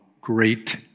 great